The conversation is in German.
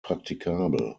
praktikabel